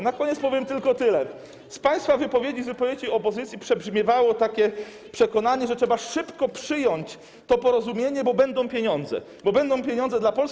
Na koniec powiem tylko tyle: z państwa wypowiedzi, z wypowiedzi opozycji przebrzmiewało przekonanie, że trzeba szybko przyjąć to porozumienie, bo będą pieniądze, bo będą pieniądze dla Polski.